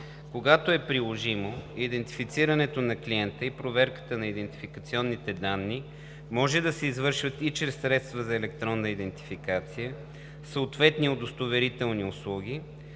Когато е приложимо, идентифицирането на клиента и проверката на идентификационните данни може да се извършват и чрез средства за електронна идентификация, съответни удостоверителни услуги,